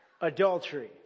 adultery